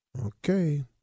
Okay